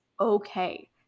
okay